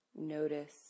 Notice